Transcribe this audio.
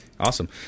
Awesome